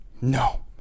No